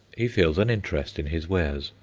he feels an interest in his wares,